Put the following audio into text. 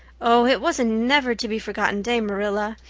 oh, it was a never-to-be-forgotten day, marilla.